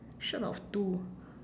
short of two